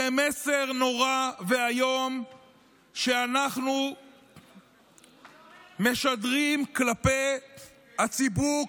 זה מסר נורא ואיום שאנחנו משדרים לציבור,